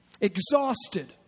Exhausted